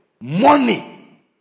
money